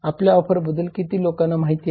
आपल्या ऑफरबद्दल किती लोकांना माहिती आहे